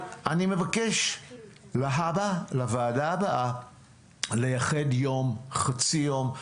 אני מבקש שבוועדה הבאה תייחדו יום או חצי יום,